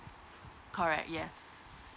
correct yes